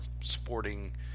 sporting